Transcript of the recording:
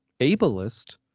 ableist